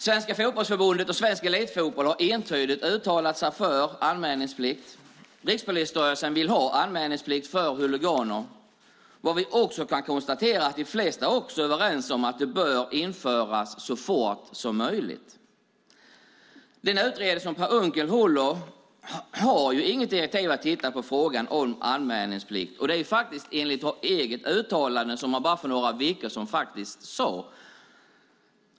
Svenska Fotbollförbundet och Föreningen Svensk Elitfotboll har entydigt uttalat sig för anmälningsplikt. Rikspolisstyrelsen vill ha anmälningsplikt för huliganer. Vad vi också kan konstatera är att de flesta också är överens om att det bör införas så fort som möjligt. Utredaren Per Unckel har inte fått direktiv att titta på frågan om anmälningsplikt - detta enligt hans eget uttalande för ett par veckor sedan.